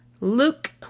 Luke